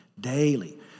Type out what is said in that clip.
daily